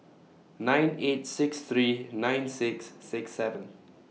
nine eight six three nine six six seven